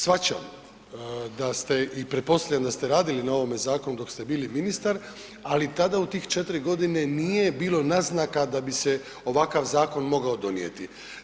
Shvaćam da ste i pretpostavljam da ste radili na ovome zakonu dok ste bili ministar, ali tada u tih 4 godine nije bilo naznaka da bi se ovakav zakon mogao donijeti.